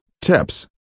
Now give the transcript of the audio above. tips